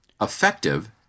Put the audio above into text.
effective